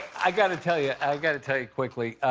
i got to tell you. i've got to tell you quickly.